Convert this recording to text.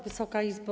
Wysoka Izbo!